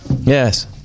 Yes